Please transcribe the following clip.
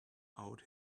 out